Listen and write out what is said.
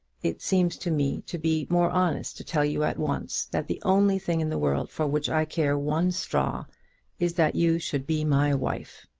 it seems to me to be more honest to tell you at once that the only thing in the world for which i care one straw is that you should be my wife.